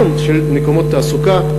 של מקומות תעסוקה,